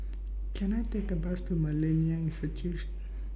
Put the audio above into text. Can I Take A Bus to Millennia Institution